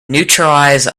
neutralize